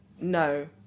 no